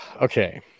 Okay